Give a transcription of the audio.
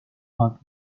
bud